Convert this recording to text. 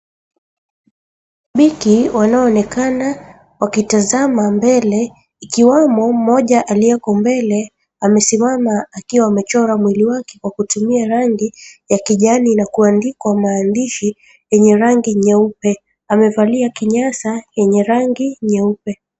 Mashabiki wanaoonekana wakitazama mbele, ikiwamo mmoja aliyeko mbele, amesimama akiwa amechora mwili wake kwa kutumia rangi ya kijani na kuandikwa maandishi yenye rangi nyeupe. Amevalia kinyasa yenye rangi nyeupe.